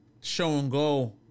show-and-go